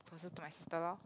closer to my sister lor